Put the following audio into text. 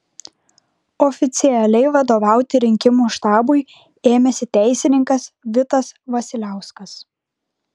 oficialiai vadovauti rinkimų štabui ėmėsi teisininkas vitas vasiliauskas